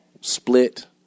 split